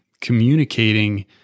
communicating